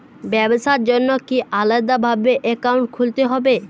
ব্যাবসার জন্য কি আলাদা ভাবে অ্যাকাউন্ট খুলতে হবে?